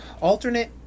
alternate